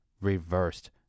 reversed